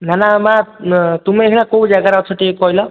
ନା ନା ମା' ତୁମେ ଏଇନା କେଉଁ ଜାଗାରେ ଅଛ ଟିକିଏ କହିଲ